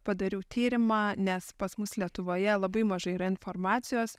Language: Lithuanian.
padariau tyrimą nes pas mus lietuvoje labai mažai yra informacijos